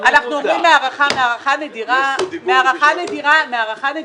באמת, גפני, אנחנו אומרים מהערכה נדירה אליך,